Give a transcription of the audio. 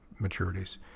maturities